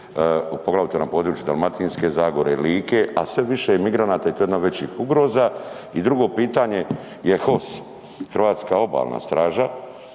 poglavito na području Dalmatinske zagore, Like, a sve više migranata je to jedna većih ugroza. I drugo pitanje je HOS, Hrvatska obalna staža.